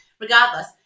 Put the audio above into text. regardless